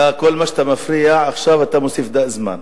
אתה, כל מה שאתה מפריע עכשיו, אתה מוסיף זמן.